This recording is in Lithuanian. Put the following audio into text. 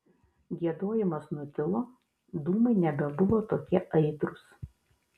giedojimas nutilo dūmai nebebuvo tokie aitrūs